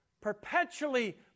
perpetually